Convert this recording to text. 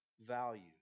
value